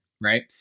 right